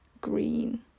green